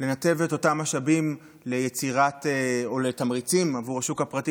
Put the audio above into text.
לנתב את אותם משאבים לתמריצים עבור השוק הפרטי